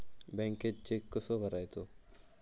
बँकेत चेक कसो भरायचो?